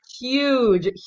huge